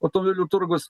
automobilių turgus